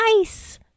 ice